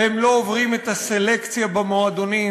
הם לא עוברים את הסלקציה במועדונים,